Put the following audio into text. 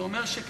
זה אומר שלדעתך,